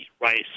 rice